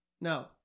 no